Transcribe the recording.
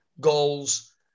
goals